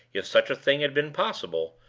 if such a thing had been possible,